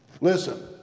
Listen